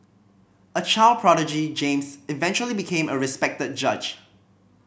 a child prodigy James eventually became a respected judge